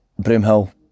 Broomhill